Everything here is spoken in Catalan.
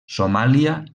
somàlia